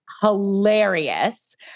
hilarious